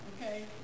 Okay